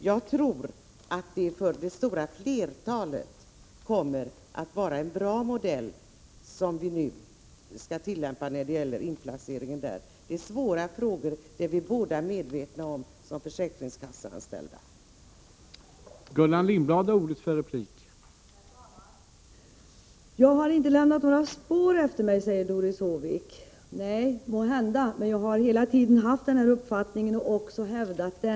Jag tror att det för det stora flertalet kommer att vara en bra modell som vi nu skall tillämpa när det gäller fastställande av SG 1. Att det är svåra frågor är vi båda såsom försäkringskasseanställda medvetna om.